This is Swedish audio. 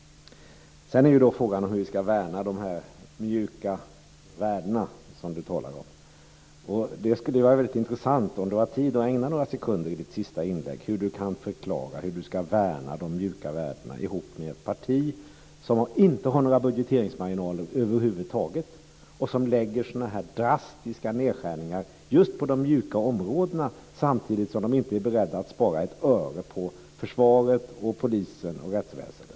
Sedan är frågan hur vi ska värna de mjuka värden som Karin Pilsäter talar om. Det skulle vara väldigt intressant att höra Karin Pilsäter förklara - om hon har tid att ägna några sekunder i sitt sista inlägg åt det - hur hon ska värna de mjuka värdena ihop med ett parti som inte har några budgeteringsmarginaler över huvud taget och som gör drastiska nedskärningar just på de mjuka områdena, samtidigt som det inte är berett att spara ett öre på försvaret, polisen och rättsväsendet.